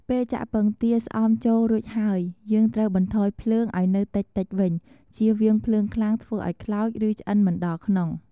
ពេលចាក់ពងទាស្អំចូលរួចហើយ យើងត្រូវបន្ថយភ្លើងឱ្យនៅតិចៗវិញ ជៀសវាងភ្លើងខ្លាំងធ្វើឱ្យខ្លោច ឬ ឆ្អិនមិនដល់ក្នុង។